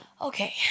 Okay